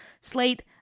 slate